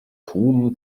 tłum